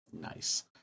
Nice